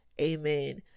amen